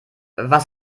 was